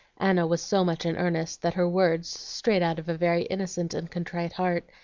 anna was so much in earnest that her words, straight out of a very innocent and contrite heart,